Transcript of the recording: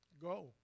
go